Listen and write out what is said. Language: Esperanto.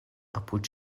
apud